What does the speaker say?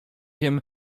wiem